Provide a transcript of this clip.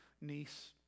niece